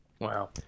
Wow